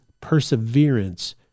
perseverance